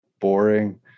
boring